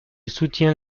soutient